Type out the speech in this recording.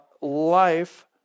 life